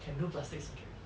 can do plastic surgery